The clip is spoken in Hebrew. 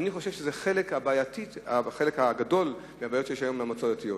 אני חושב שזה החלק הבעייתי בחלק גדול מהבעיות שיש היום במועצות הדתיות.